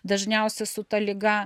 dažniausia su ta liga